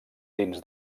dins